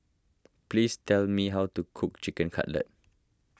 please tell me how to cook Chicken Cutlet